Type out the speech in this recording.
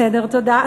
בסדר, תודה.